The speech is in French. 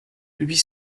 huit